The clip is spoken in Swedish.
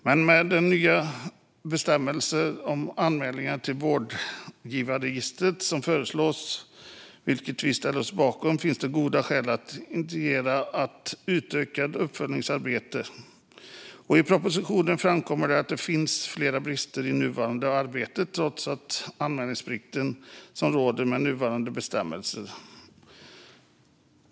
Med de nya bestämmelser om anmälan till vårdgivarregistret som föreslås, vilka vi ställer oss bakom, finns det goda skäl att initiera ett utökat uppföljningsarbete. I propositionen framkommer det att det finns flera brister i det nuvarande arbetet, trots den anmälningsplikt som råder med nuvarande bestämmelser.